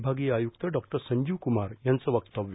विभागीय आयुक्त डॉ संजीव कुमार यांचं वक्तव्य